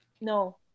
No